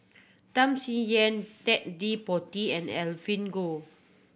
Tham Sien Yen Ted De Ponti and Evelyn Goh